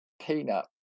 peanut